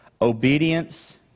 obedience